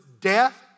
death